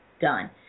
done